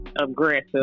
aggressive